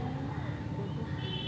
चादरेर धागा रेशमेर पत्ता स बनिल छेक